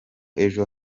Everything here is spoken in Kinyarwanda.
ejo